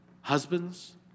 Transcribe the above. Husbands